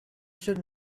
should